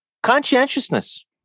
Conscientiousness